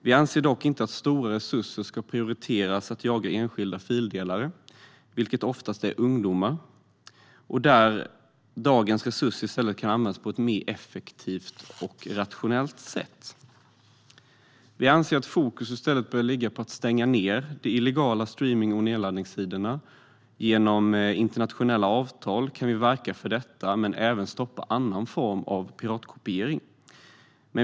Vi anser dock inte att stora resurser ska prioriteras för att jaga enskilda fildelare, vilka oftast är ungdomar. Dagens resurser kan i stället användas på ett mer effektivt och rationellt sätt. Vi anser att fokus bör ligga på att stänga ned de illegala streamnings och nedladdningssidorna, och genom internationella avtal kan vi verka för detta men även stoppa annan form av piratkopiering.